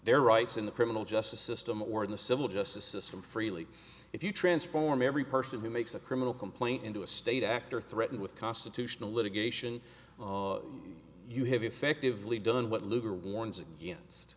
their rights in the criminal justice system or in the civil justice system freely if you transform every person who makes a criminal complaint into a state actor or threaten with constitutional litigation you have effectively done what lugar warns against